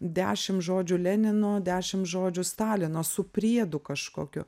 dešim žodžių lenino dešim žodžių stalino su priedu kažkokiu